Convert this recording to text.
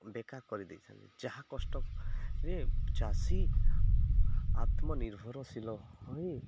ବେକାର କରିଦେଇଥାନ୍ତି ଯାହା କଷ୍ଟରେ ଚାଷୀ ଆତ୍ମନିର୍ଭରଶୀଳ ହୋଇ